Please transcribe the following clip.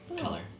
color